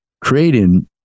creating